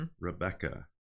Rebecca